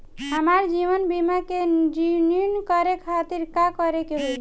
हमार जीवन बीमा के रिन्यू करे खातिर का करे के होई?